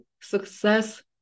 success